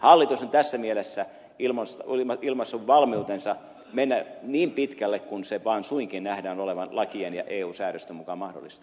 hallitus on tässä mielessä ilmaissut valmiutensa mennä niin pitkälle kuin sen vain suinkin nähdään olevan lakien ja eu säädösten mukaan mahdollista